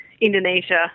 Indonesia